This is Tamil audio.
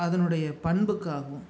அதனுடைய பண்புக்காகவும்